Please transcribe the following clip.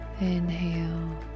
inhale